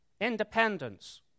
Independence